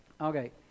Okay